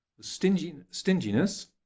Stinginess